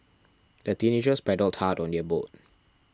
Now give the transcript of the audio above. the teenagers paddled hard on their boat